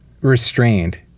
restrained